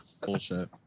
Bullshit